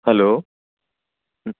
hello